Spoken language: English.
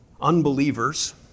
Unbelievers